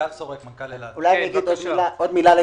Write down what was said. עוד מילה על